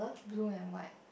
blue and white